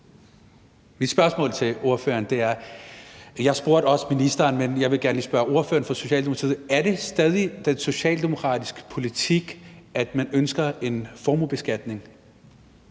Mit spørgsmål til ordføreren – jeg spurgte også ministeren, men jeg vil gerne lige spørge ordføreren for Socialdemokratiet – er: Er det stadig socialdemokratisk politik, at man ønsker en formuebeskatning?